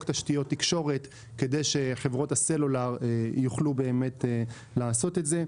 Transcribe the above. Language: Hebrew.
תשתיות תקשורת כדי שחברות הסלולר יוכלו לעשות את זה.